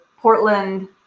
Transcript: Portland